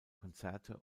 konzerte